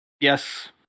Yes